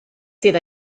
sydd